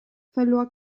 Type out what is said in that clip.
verlor